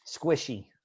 Squishy